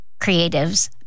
creatives